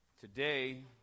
Today